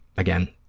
again,